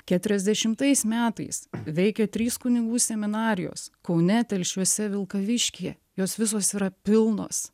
keturiasdešimtais metais veikė trys kunigų seminarijos kaune telšiuose vilkaviškyje jos visos yra pilnos